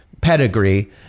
pedigree